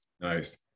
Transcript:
Nice